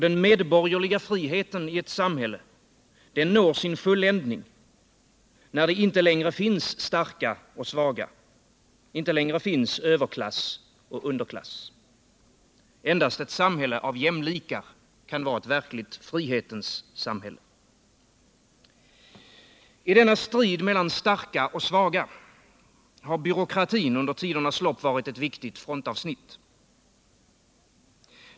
Den medborgerliga friheten i ett samhälle når sin fulländning när det inte längre finns starka och svaga, inte längre finns överklass och underklass. Endast ett samhälle av jämlikar kan vara ett verkligt frihetens samhälle. I denna strid mellan starka och svaga har byråkratin under tidernas lopp varit ett viktigt frontavsnitt.